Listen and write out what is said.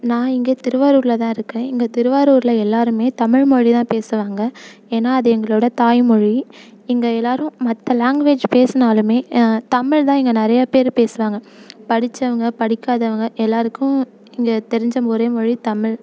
நான் இங்கே திருவாரூரில் தான் இருக்கேன் இங்கே திருவாரூரில் எல்லோருமே தமிழ்மொழி தான் பேசுவாங்க ஏன்னால் அது எங்களோடய தாய்மொழி இங்கே எல்லோரும் மற்ற லேங்குவேஜ் பேசினாலுமே தமிழ் தான் இங்கே நிறையா பேர் பேசுகிறாங்க படிச்சவங்க படிக்காதவங்க எல்லோருக்கும் இங்கே தெரிஞ்ச ஒரே மொழி தமிழ்